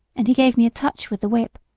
and he gave me a touch with the whip,